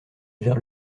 vers